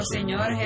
Señor